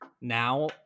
now